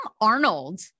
Arnold